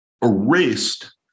erased